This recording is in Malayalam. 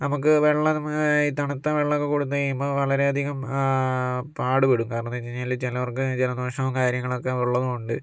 നമുക്ക് വെള്ളം തണുത്ത വെള്ളമൊക്കെ കൊടുത്തു കഴിയുമ്പോൾ വളരെ അധികം പാടുപെടും കാരണമെന്താണെന്ന് വെച്ച് കഴിഞ്ഞാല് ചിലവർക്ക് ജലദോഷവും കാര്യങ്ങളൊക്കെ ഉള്ളതുകൊണ്ട്